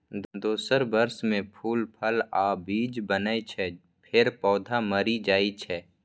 दोसर वर्ष मे फूल, फल आ बीज बनै छै, फेर पौधा मरि जाइ छै